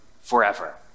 forever